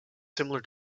similar